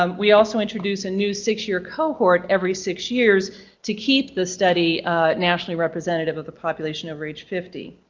um we also introduce a new six year cohort every six years to keep the study nationally representative of the population over age fifty.